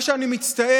על מה שאני מצטער,